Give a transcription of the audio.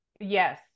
Yes